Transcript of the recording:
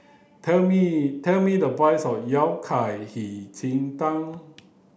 tell me tell me the price of yao cai hei ji tang